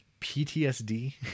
PTSD